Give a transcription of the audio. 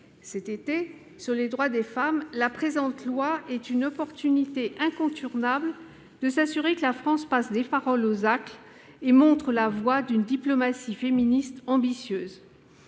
Égalité sur les droits des femmes, ce texte offre une occasion incontournable de s'assurer que la France passe des paroles aux actes et montre la voie d'une diplomatie féministe ambitieuse.